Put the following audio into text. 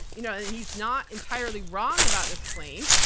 you know and he's not entirely wrong about this claim.